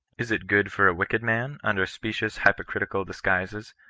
is it good for a wicked man, under specious hypocritical disguises,